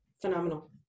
phenomenal